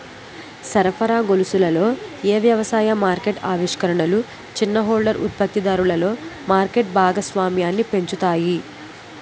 సరఫరా గొలుసులలో ఏ వ్యవసాయ మార్కెట్ ఆవిష్కరణలు చిన్న హోల్డర్ ఉత్పత్తిదారులలో మార్కెట్ భాగస్వామ్యాన్ని పెంచుతాయి?